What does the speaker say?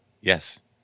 Yes